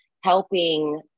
helping